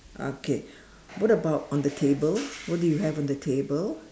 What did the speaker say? okay what about on the table what do you have on the table